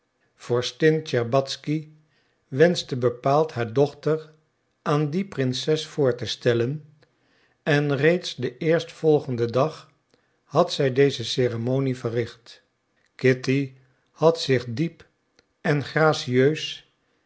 vorstin tscherbatzky wenschte bepaald haar dochter aan die prinses voor te stellen en reeds den eerstvolgenden dag had zij deze ceremonie verricht kitty had zich diep en gracieus